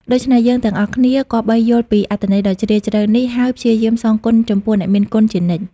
ដូច្នេះ យើងទាំងអស់គ្នាគប្បីយល់ពីអត្ថន័យដ៏ជ្រាលជ្រៅនេះ ហើយព្យាយាមសងគុណចំពោះអ្នកមានគុណជានិច្ច។